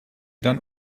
dann